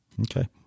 Okay